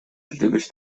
gdybyś